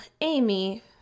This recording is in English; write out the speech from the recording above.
Amy